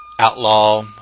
outlaw